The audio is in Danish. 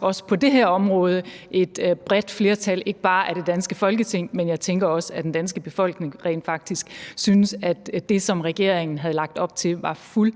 også på det her område faktisk tror er et bredt flertal, og ikke bare af det danske Folketing; jeg tænker også, at den danske befolkning rent faktisk synes, at det, som regeringen havde lagt op til, var